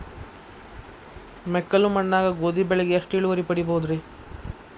ಮೆಕ್ಕಲು ಮಣ್ಣಾಗ ಗೋಧಿ ಬೆಳಿಗೆ ಎಷ್ಟ ಇಳುವರಿ ಪಡಿಬಹುದ್ರಿ?